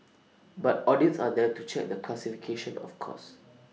but audits are there to check the classification of costs